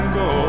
go